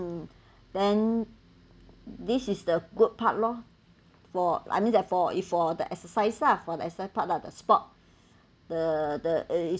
mm then this is the good part lor for I mean that for if for the exercise lah for the exercise part lah the sport the the is